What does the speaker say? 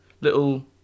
little